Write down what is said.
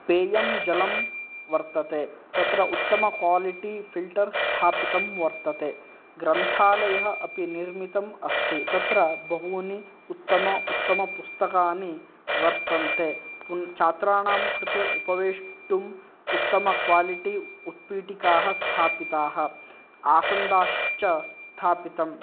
पेयं जलं वर्तते तत्र उत्तमक्वालिटि फ़िल्टर् स्थापितं वर्तते ग्रन्थालयः अपि निर्मितम् अस्ति तत्र बहूनि उत्तम उत्तमपुस्तकानि वर्तन्ते पुनः छात्रानां कृते उपवेष्टुम् उत्तमक्वालिटि उत्पीटिकाः स्थापिताः आसन्दाश्च स्थापितम्